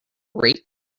rate